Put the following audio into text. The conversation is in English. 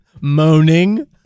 moaning